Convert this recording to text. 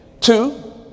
two